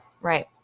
Right